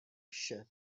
vše